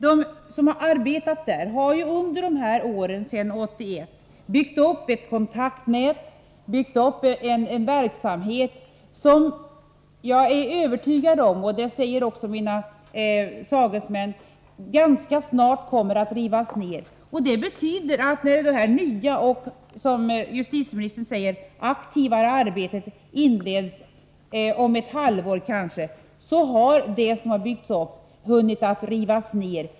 De som har arbetat där har under åren sedan 1981 byggt upp ett kontaktnät och en verksamhet, som jag är övertygad om — det säger också mina sagesmän — om sambandsmannen tas bort ganska snart kommer att rivas ned. Det betyder alltså, att när det nya och, som justitieministern säger, aktivare arbetet inleds om kanske ett halvår har det som byggts upp hunnit rivas ned.